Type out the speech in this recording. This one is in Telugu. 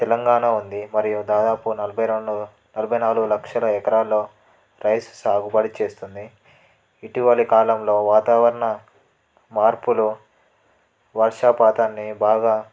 తెలంగాణ ఉంది మరియు దాదాపు నలభై రెండు నలభై నాలుగు లక్షల ఎకరాల్లో రైస్ సాగుబడి చేస్తుంది ఇటీవల కాలంలో వాతావరణ మార్పులు వర్షాపాతాన్ని బాగా